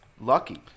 lucky